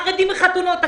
חרדים בחתונות.